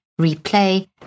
replay